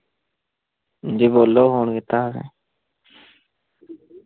हां जी बोलो फोन कीता तुसें